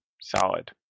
solid